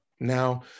Now